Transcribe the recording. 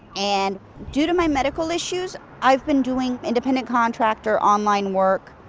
and due to my medical issues, i've been doing independent contractor online work.